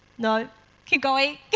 no, keep going,